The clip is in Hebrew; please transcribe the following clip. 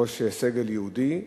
ראש סגל יהודי,